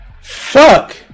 Fuck